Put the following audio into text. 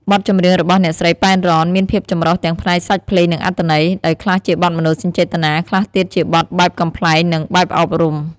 បទចម្រៀងរបស់អ្នកស្រី ប៉ែន រ៉ន មានភាពចម្រុះទាំងផ្នែកសាច់ភ្លេងនិងអត្ថន័យ ដោយខ្លះជាបទមនោសញ្ចេតនា ខ្លះទៀតជាបទបែបកំប្លែងនិងបែបអប់រំ។